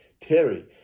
Terry